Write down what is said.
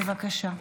בבקשה.